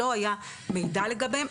לא היה מידע לגביהם,